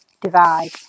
divide